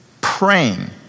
praying